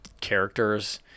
characters